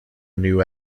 new